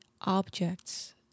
objects